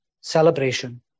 celebration